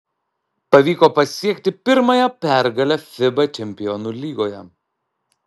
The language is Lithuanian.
pavyko pasiekti pirmąją pergalę fiba čempionų lygoje